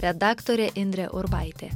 redaktorė indrė urbaitė